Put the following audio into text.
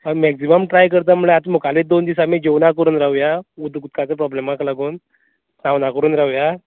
हय maximum try करता म्हळ्यार आतां मुखाल्ले दोन दीस आमी जेवना करून रावया उदकाचो प्रोब्लमाक लागून न्हांवना करून रावयां